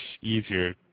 easier